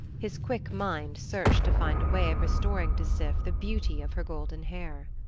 his quick mind searched to find a way of restoring to sif the beauty of her golden hair.